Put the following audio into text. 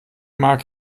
mag